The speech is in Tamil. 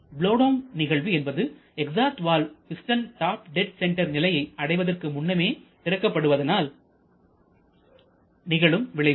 பலோவ் டவுன் நிகழ்வு என்பது exhaust valve piston top dead centre நிலையை அடைவதற்கு முன்னமே திறக்கப்படுவதனால் நிகழும் விளைவு